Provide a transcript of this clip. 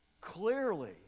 Clearly